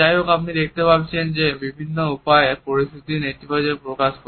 যাইহোক আপনি দেখতে পাবেন যে এটি বিভিন্ন উপায়ে পরিস্থিতির নেতিবাচকতা প্রকাশ করে